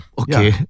Okay